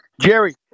Jerry